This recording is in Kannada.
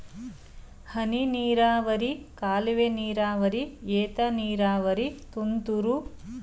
ಹನಿನೀರಾವರಿ ಕಾಲುವೆನೀರಾವರಿ ಏತನೀರಾವರಿ ತುಂತುರು ನೀರಾವರಿ ಒಂದೊಂದ್ಕಡೆ ಒಂದೊಂದ್ತರ ನೀರಾವರಿ ಪದ್ಧತಿ